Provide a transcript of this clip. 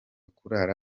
kurara